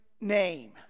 name